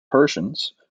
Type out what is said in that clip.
persians